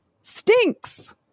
stinks